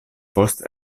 post